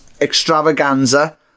extravaganza